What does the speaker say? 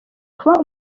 kuba